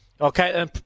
Okay